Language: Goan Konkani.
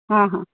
हा हा